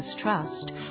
Trust